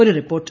ഒരു റിപ്പോർട്ട്